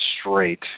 straight